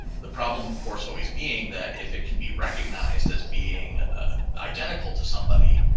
the problem of course, always being that if it can be recognized as being identical to somebody,